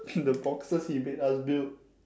the boxes he made us build